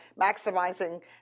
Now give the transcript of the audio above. maximizing